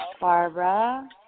Barbara